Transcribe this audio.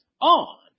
on